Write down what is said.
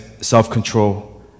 self-control